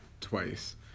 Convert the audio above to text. twice